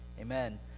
Amen